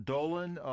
Dolan